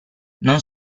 non